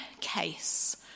case